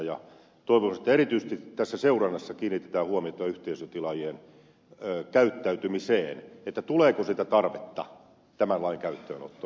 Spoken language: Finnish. toivoisin että erityisesti seurannassa kiinnitetään huomiota yhteisötilaajien käyttäytymiseen tuleeko tarvetta tämän lain käyttöönottoon